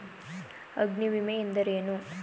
ಅಗ್ನಿವಿಮೆ ಎಂದರೇನು?